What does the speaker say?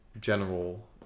general